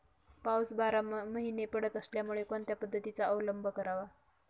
पाऊस बाराही महिने पडत असल्यामुळे कोणत्या पद्धतीचा अवलंब करावा?